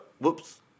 Whoops